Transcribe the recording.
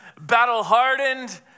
battle-hardened